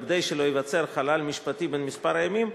וכדי שלא ייווצר "חלל משפטי" בן כמה ימים,